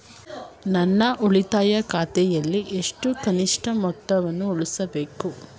ನನ್ನ ಉಳಿತಾಯ ಖಾತೆಯಲ್ಲಿ ಎಷ್ಟು ಕನಿಷ್ಠ ಮೊತ್ತವನ್ನು ಉಳಿಸಬೇಕು?